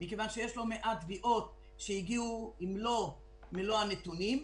מקזזים לה מדמי האבטלה את ה-2,200 שקל של קצבת הזקנה.